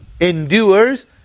endures